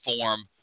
form